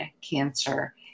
cancer